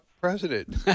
President